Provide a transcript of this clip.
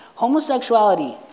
Homosexuality